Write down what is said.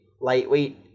lightweight